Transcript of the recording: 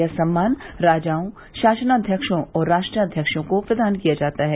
यह सम्मान राजाओं शासनाध्यक्षों और राष्ट्राध्यक्षों को प्रदान किया जाता है